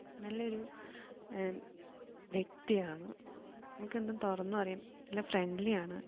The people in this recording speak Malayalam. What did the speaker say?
നല്ലൊരു വ്യക്തിയാണ് നമുക്കെന്തും തുറന്നു പറയാം നല്ല ഫ്രണ്ട്ലിയാണ്